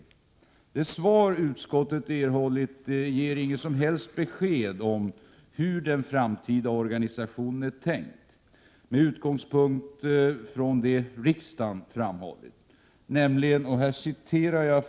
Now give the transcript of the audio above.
Det svar utskottet erhållit ger inget som helst besked om hur den framtida organisationen är tänkt med utgångspunkt i det som riksdagen framhållit.